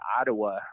Ottawa